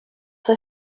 for